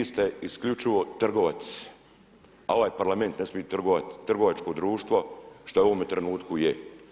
Vi ste isključivo trgovac a ovaj Parlament ne smije biti trgovačko društvo što u ovom trenutku je.